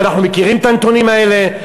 ואנחנו מכירים את הנתונים האלה.